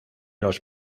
los